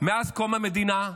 מאז קום המדינה: